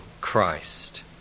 Christ